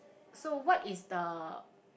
so what is the